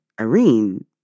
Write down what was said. Irene